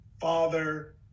father